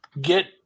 get